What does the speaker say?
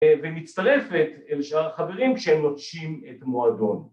‫ומצטרפת אל שאר החברים ‫כשהם נוטשים את המועדון.